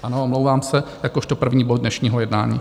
Ano, omlouvám se, jakožto první bod dnešního jednání.